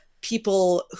people